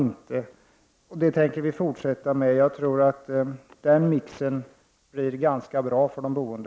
Den politiken tänker vi fortsätta med. Det är en mix som vi tror är ganska bra för de boende.